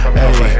hey